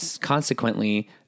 consequently